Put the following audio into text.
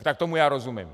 Tak tomu já rozumím.